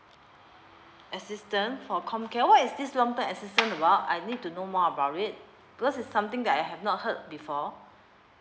assistant for com care what is this long term assistant about I need to know more about it because it's something that I have not heard before